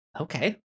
okay